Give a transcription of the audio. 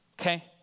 Okay